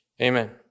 amen